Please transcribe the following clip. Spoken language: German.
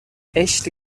echte